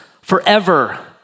forever